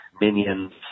Minions